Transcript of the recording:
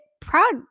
proud